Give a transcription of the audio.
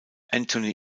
anthony